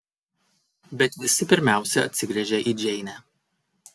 bet visi pirmiausia atsigręžia į džeinę